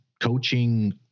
coaching